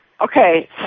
Okay